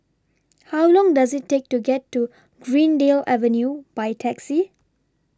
How Long Does IT Take to get to Greendale Avenue By Taxi